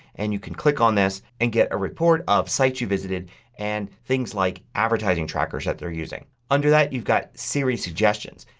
and you can click on this and get a report of sites you've visited and things like advertising trackers that they are using. under that you've got siri suggestions.